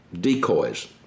decoys